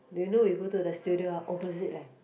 do you know you go to the studio opposite leh